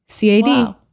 CAD